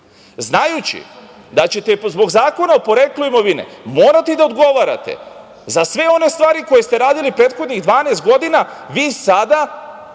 Znajući da ćete zbog Zakona o poreklu imovine morati da odgovarate za sve one stvari koje ste radili prethodnih 12 godina, vi sada